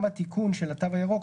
גם התיקון של התו הירוק,